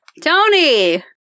Tony